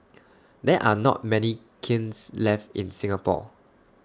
there are not many kilns left in Singapore